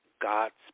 God's